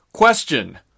Question